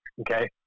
Okay